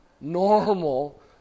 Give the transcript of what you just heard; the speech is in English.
Normal